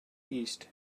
east